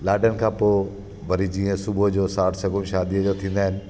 लाॾनि खां पोइ वरी जीअं सुबूह जो साठ सगुन शादीअ जा थींदा आहिनि